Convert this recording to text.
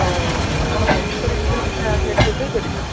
ତ ଆପଣ ପଚିଶ ତାରିଖ ଭିତରେ ମିଠା ତିଆରି କରି ଦେଇପାରିବେ